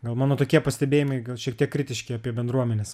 gal mano tokie pastebėjimai gal šiek tiek kritiški apie bendruomenes